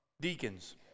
deacons